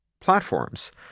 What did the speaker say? platforms